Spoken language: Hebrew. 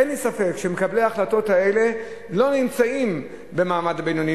אין לי ספק שמקבלי ההחלטות האלה לא נמצאים במעמד הבינוני,